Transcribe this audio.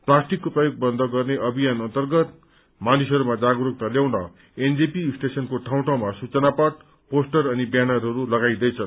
प्तास्टिकको प्रयोग बन्द गर्ने अभियान अन्तर्गत मानिसहरूमा जागरूकता ल्याउन एनजेपी स्टेशनको ठाउँ ठाँउमा सूचना पट पोस्टर अनि व्यानरहरू लगाइन्दैछ